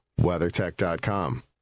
WeatherTech.com